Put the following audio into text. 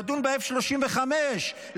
לדון ב-F-35,